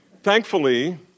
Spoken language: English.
Thankfully